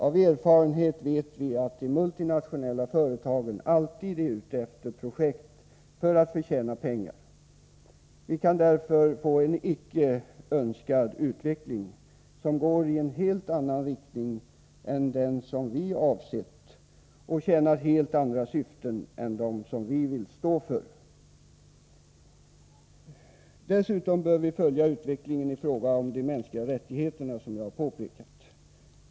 Av erfarenhet vet vi att de multinationella företagen alltid är ute efter projekt för att tjäna pengar. Vi kan därför få en icke önskad utveckling — en utveckling som går i en helt annan riktning än den som vi avsett och som verkar för helt andra syften än dem som vi vill stå för. Dessutom bör vi följa utvecklingen i fråga om de mänskliga rättigheterna, som jag har påpekat.